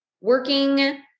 working